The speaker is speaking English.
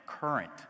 current